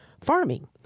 farming